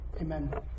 amen